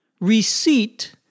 Receipt